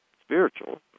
spiritual